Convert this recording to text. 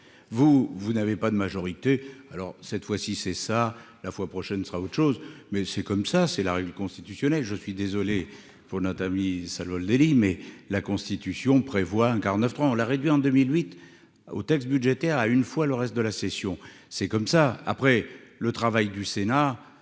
vous vous n'avez pas de majorité, alors cette fois-ci c'est ça la fois prochaine sera autre chose, mais c'est comme ça, c'est la règle constitutionnelle, je suis désolé pour Nathalie ça lol Savoldelli mais la Constitution prévoit un quart neuf trois on la réduit en 2008 aux textes budgétaires à une fois le reste de la session, c'est comme ça, après le travail du Sénat,